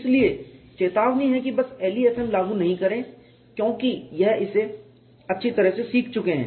इसलिए चेतावनी है कि बस LEFM लागू नहीं करें क्योंकि यह इसे अच्छी तरह से सीख चुके हैं